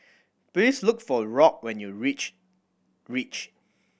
please look for Rock when you reach Reach